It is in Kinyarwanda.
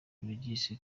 regis